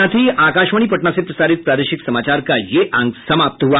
इसके साथ ही आकाशवाणी पटना से प्रसारित प्रादेशिक समाचार का ये अंक समाप्त हुआ